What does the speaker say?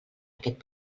aquest